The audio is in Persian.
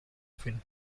فیلم